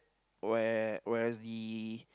where whereas the